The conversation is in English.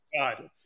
God